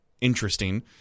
interesting